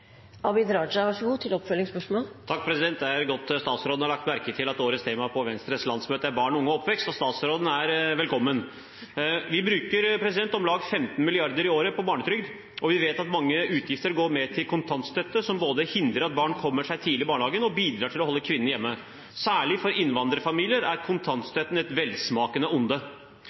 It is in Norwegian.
Det er godt statsråden har lagt merke til at årets tema på Venstres landsmøte er barn, unge og oppvekst, og statsråden er velkommen. Vi bruker om lag 15 mrd. kr i året på barnetrygd, og vi vet at det er store utgifter til kontantstøtte, som både hindrer at barn kommer seg tidlig i barnehagen og bidrar til å holde kvinner hjemme. Særlig for innvandrerfamilier er kontantstøtten et velsmakende onde.